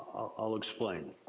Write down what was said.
i'll explain.